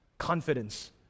confidence